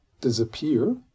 disappear